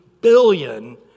billion